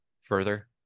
further